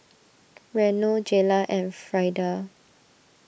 Reno Jayla and Frieda